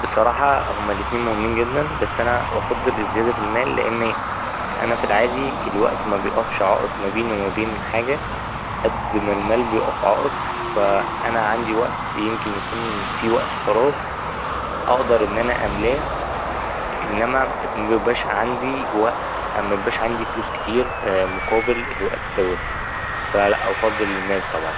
بصراحة هما الإتنين مهمين جدا بس أنا أفضل الزيادة في المال، لأن أنا في العادي الوقت مبيقفش عائق ما بيني وما بين حاجة اد ما المال بيقف عائق فا أنا عندي وقت يمكن يكون فيه وقت فراغ أقدر إن أنا أملاه إنما مبيبقاش عندي وقت ـ مبيبقاش عندي فلوس كتير مقابل الوقت دوت فا لا أفضل المال طبعا.